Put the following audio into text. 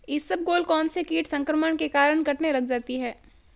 इसबगोल कौनसे कीट संक्रमण के कारण कटने लग जाती है?